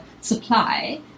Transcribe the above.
supply